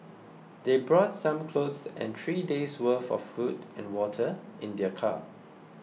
they brought some clothes and three days' worth of food and water in their car